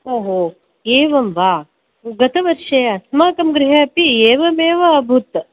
ओहो एवं वा गतवर्षे अस्माकं गृहेपि एवमेव अभूत्